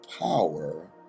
power